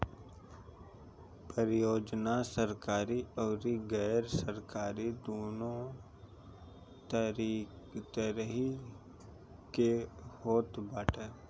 परियोजना सरकारी अउरी गैर सरकारी दूनो तरही के होत बाटे